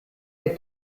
der